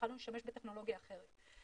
יכולנו להשתמש בטכנולוגיה אחרת.